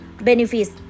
benefits